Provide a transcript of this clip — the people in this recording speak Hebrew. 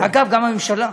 אגב, גם הממשלה,